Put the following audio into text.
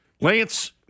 Lance